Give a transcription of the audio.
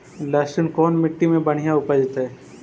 लहसुन कोन मट्टी मे बढ़िया उपजतै?